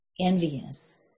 envious